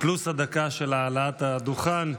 פלוס הדקה של העלאת הדוכן.